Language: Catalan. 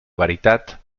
veritat